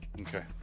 okay